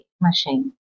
machine